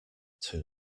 too